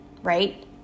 right